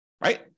right